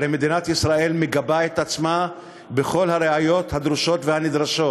הרי מדינת ישראל מגבה את עצמה בכל הראיות הדרושות והנדרשות,